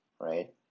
right